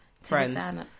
friends